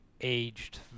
aged